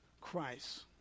Christ